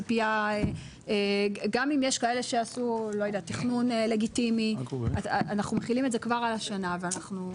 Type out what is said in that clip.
גם אם כאלה שעשו תכנון לגיטימי אנחנו מחילים את זה כבר על השנה.